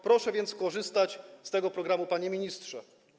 Proszę więc korzystać z tego programu, panie ministrze.